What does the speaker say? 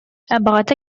абаҕата